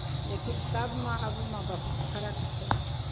लेकिन तबमे आबमे बहुत फरक छै